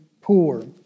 poor